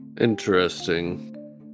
Interesting